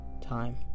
time